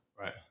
Right